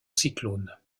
cyclone